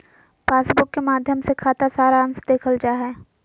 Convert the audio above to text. passbook के माध्मय से खाता सारांश देखल जा हय